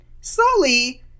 Slowly